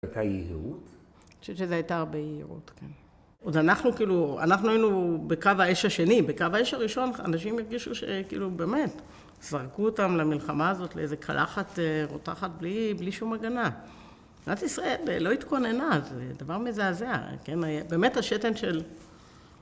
זו הייתה יהירות? אני חושבת שזו הייתה הרבה יהירות, כן. אנחנו כאילו, אנחנו היינו בקו האש השני. בקו האש הראשון אנשים הרגישו שכאילו באמת, זרקו אותם למלחמה הזאת, לאיזה קלחת רותחת בלי שום הגנה. מדינת ישראל לא התכוננה, זה דבר מזעזע. כן, באמת השתן של...